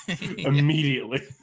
Immediately